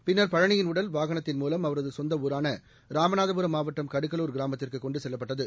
பின்னர் பழனியின் உடல் வாகனத்தின மூலம் அவரது சொந்த ஊரான ராமநாதபுரம் மாவட்டம் கடுக்கலூர் கிராமத்திற்கு கொண்டு செல்லப்பட்டது